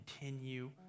continue